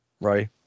right